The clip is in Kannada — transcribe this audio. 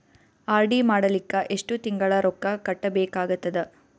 ಆರ್.ಡಿ ಮಾಡಲಿಕ್ಕ ಎಷ್ಟು ತಿಂಗಳ ರೊಕ್ಕ ಕಟ್ಟಬೇಕಾಗತದ?